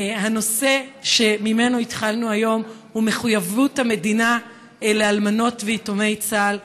הנושא שממנו התחלנו היום הוא מחויבות המדינה לאלמנות ויתומי צה"ל.